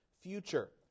future